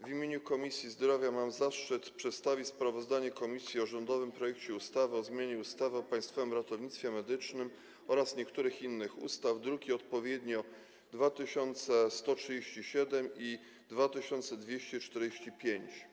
W imieniu Komisji Zdrowia mam zaszczyt przedstawić sprawozdanie komisji o rządowym projekcie ustawy o zmianie ustawy o Państwowym Ratownictwie Medycznym oraz niektórych innych ustaw, druki nr 2137 i 2245.